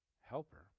helper